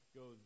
go